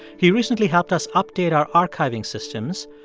he recently helped us update our archiving systems.